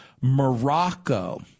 Morocco